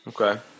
Okay